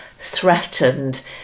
threatened